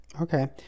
Okay